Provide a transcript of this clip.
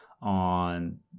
on